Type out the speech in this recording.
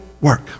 work